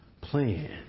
plan